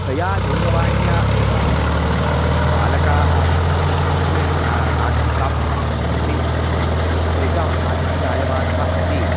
तया दूरवाण्या एव बालकाः नाशयन् नाशं प्राप्नुवन्तः सन्ति तेषां नाशः जायमानः इति